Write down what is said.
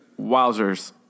Wowzers